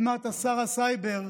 עוד מעט שר הסייבר,